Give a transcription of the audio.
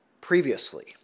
previously